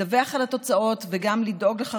לדווח על התוצאות וגם לדאוג לכך